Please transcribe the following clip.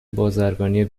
بازرگانی